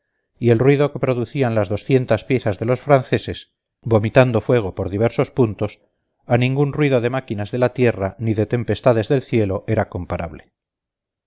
y el ruido que producían las doscientas piezas de los franceses vomitando fuego por diversos puntos a ningún ruido de máquinas de la tierra ni de tempestades del cielo era comparable